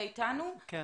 תודה